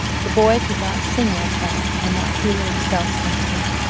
the boy could not sing like that and not feel it himself sometime.